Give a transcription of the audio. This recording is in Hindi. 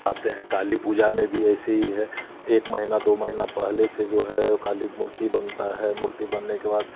आते हैं काली पूजा में भी ऐसे ही है एक महीना दो महीना पहले से जो है काली मूर्ति बनता है मूर्ति बनने के बाद